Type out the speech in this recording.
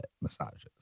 massages